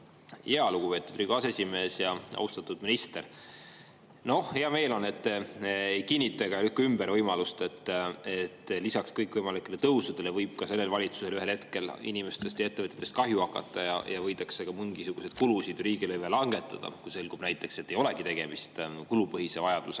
Lugupeetud Riigikogu aseesimees! Austatud minister! Hea meel on, et te ei kinnita ega lükka ümber võimalust, et lisaks kõikvõimalikele tõusudele võib ka sellel valitsusel ühel hetkel inimestest ja ettevõtetest kahju hakata ning võidakse ka mingisuguseid kulusid, riigilõive langetada, kui selgub näiteks, et ei olegi tegemist kulupõhise vajadusega,